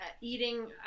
eating